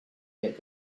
get